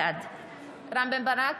בעד רם בן ברק,